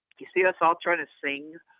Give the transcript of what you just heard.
you see us all trying to sing?